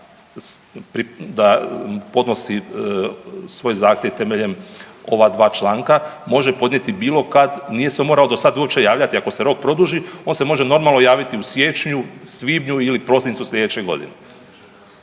da podnosi svoj zahtjev temeljem ova dva članka može podnijeti bilo kad, nije se morao do sad uopće javljati, ako se rok produži on se može normalno javiti u siječnju, svibnju ili prosincu slijedeće godine.